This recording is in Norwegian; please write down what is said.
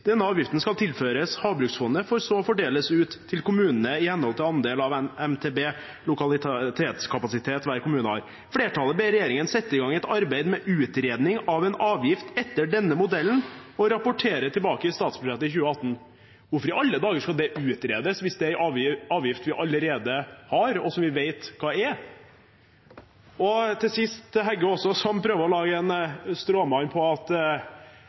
Denne avgiften skal tilføres Havbruksfondet for så å fordeles ut til kommunene i henhold til andel av MTB/lokalitetskapasitet hver kommune har.» Videre står det: «Flertallet ber regjeringen sette i gang et arbeid med utredning av en avgift etter denne modellen og rapportere tilbake i statsbudsjetter for 2018.» Hvorfor i alle dager skal det utredes hvis det er en avgift vi allerede har, og som vi vet hva er? Til sist, til Heggø, som prøver å lage en stråmann på at